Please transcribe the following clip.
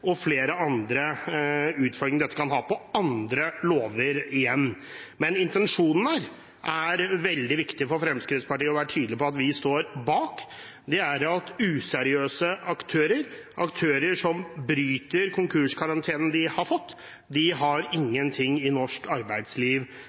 og flere andre utfordringer dette kan ha for andre lover. Men intensjonen er veldig viktig for Fremskrittspartiet, og det vi har vært tydelige på at vi står bak, er at useriøse aktører, aktører som bryter konkurskarantenen de har fått, har